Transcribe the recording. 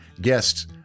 Guests